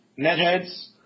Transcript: Netheads